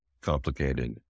complicated